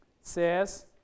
says